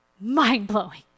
mind-blowing